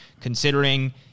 considering